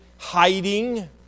hiding